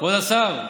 כבוד השר.